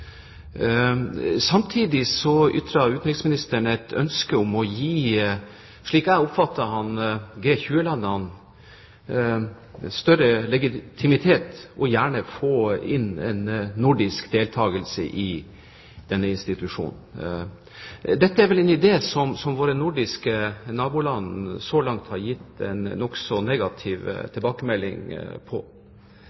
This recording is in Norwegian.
Samtidig ytret utenriksministeren, slik jeg oppfattet ham, et ønske om å gi G20-landene større legitimitet og gjerne få inn en nordisk deltakelse i denne institusjonen. Dette er vel en idé som våre nordiske naboland, som mente seg å være godt betjent via andre institusjoner, så langt har gitt en nokså negativ